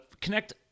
connect